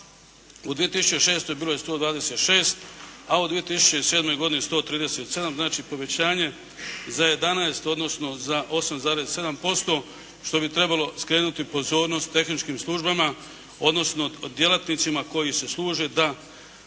u 2006. bilo je 126, a u 2007. 137., znači povećanje za 11, odnosno, za 8,7%, što bi trebalo skrenuti pozornost tehničkim službama, odnosno djelatnicima koji se službe da,